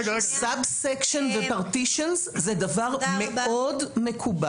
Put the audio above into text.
סאב סקשן ופרטישנס, זה דבר מאוד מקובל.